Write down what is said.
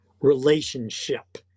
relationship